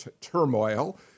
turmoil